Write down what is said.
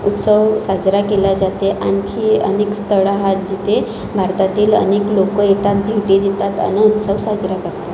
उत्सव साजरा केला जाते आणखी अनेक स्थळं आहेत जिथे भारतातील अनेक लोकं येतात भेटी देतात आणि उत्सव साजरा करतात